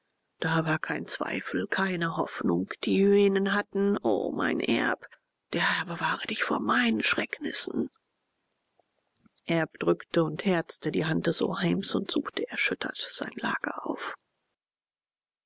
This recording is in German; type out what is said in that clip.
da war kein zweifel keine hoffnung die hyänen hatten o mein erb der herr bewahre dich vor meinen schrecknissen erb drückte und herzte die hand des oheims und suchte erschüttert sein lager auf